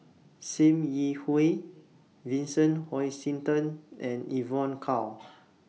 SIM Yi Hui Vincent Hoisington and Evon Kow